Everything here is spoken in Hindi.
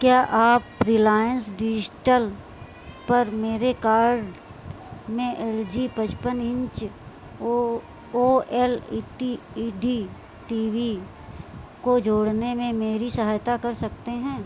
क्या आप रिलायंस डिजिटल पर मेरे कार्ट में एल जी पचपन inch O O L E T E D T V को जोड़ने में मेरी सहायता कर सकते हैं